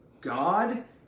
God